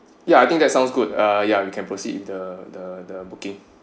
ya I think that sounds good uh yeah we can proceed with the the the booking